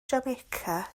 jamaica